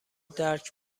درک